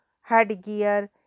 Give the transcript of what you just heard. headgear